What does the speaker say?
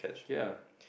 ya